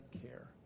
care